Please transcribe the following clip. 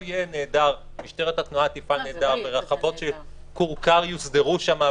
משטרת התנועה תפעל נהדר ורחבות כורכר יוסדרו שם,